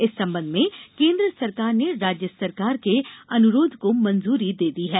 इस संबंध में केन्द्र सरकार ने राज्य सरकार के अनुरोध को मंजूरी दे दी है